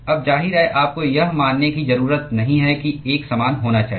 अब ज़ाहिर है आपको यह मानने की ज़रूरत नहीं है कि एक समान होना चाहिए